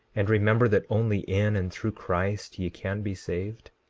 and remember that only in and through christ ye can be saved?